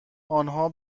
آنها